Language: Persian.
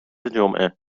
جمعه